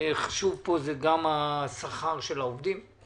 שחשוב פה זה גם השכר של העובדים.